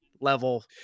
level